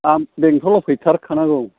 आं बेंथलाव फैथारखानांगौ